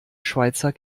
schweizer